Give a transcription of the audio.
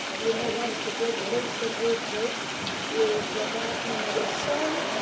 you know that's the great lisbon earthquake, it is the darkening of the sun,